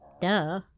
duh